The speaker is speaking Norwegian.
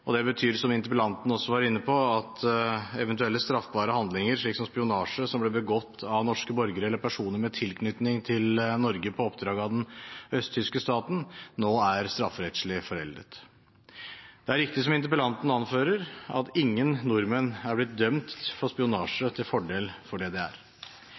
Det betyr, som interpellanten også var inne på, at eventuelle straffbare handlinger, som spionasje som ble begått av norske borgere eller personer med tilknytning til Norge på oppdrag av den østtyske staten, nå er strafferettslig foreldet. Det er riktig, som interpellanten anfører, at ingen nordmenn er blitt dømt for spionasje til fordel for DDR. I likhet med interpellanten er